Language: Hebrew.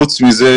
חוץ מזה,